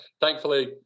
thankfully